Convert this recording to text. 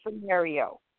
scenario